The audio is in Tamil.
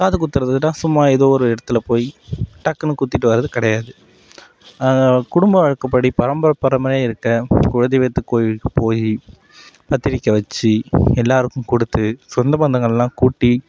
காது குத்துறதுனா சும்மா ஏதோ ஒரு இடத்துல போய் டக்குனு குத்திட்டு வர்றது கிடையாது குடும்ப வழக்கப்படி பரம்பரை பரம்பரையாக இருக்க குலதெய்வத்து கோவிலுக்கு போய் பத்திரிக்கை வச்சு எல்லோருக்கும் கொடுத்து சொந்தம் பந்தங்கள்லாம் கூட்டி